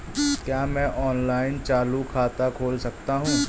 क्या मैं ऑनलाइन चालू खाता खोल सकता हूँ?